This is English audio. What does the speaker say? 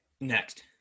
next